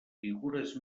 figures